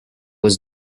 was